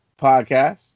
podcast